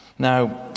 Now